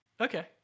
Okay